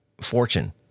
fortune